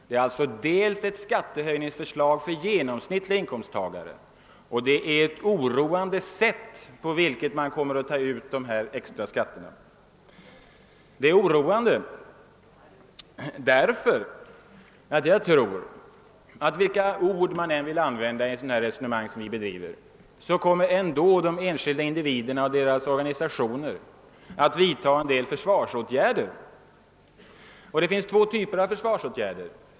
Det skattehöjningsförslag som nu presenteras är alltså ett förslag för inkomsttagarna i genomsnitt, och det sätt på vilket de extra skatterna kommer att tas ut inger stark oro. Det är oroande därför att vilka ord man än använder i resonemanget om dessa frågor kommer man inte ifrån att de enskilda individerna och deras organisationer kommer att vidta försvarsåtgärder. Det finns då två typer av åtgärder.